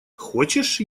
хочешь